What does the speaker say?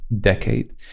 decade